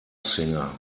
singer